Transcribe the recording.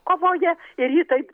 kovoja ir ji taip